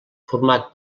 format